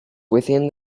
within